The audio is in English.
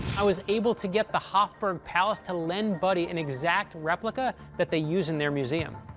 i was able to get the hofburg palace to lend buddy an exact replica that they use in their museum.